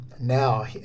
now